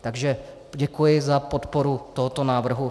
Takže děkuji za podporu tohoto návrhu.